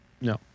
No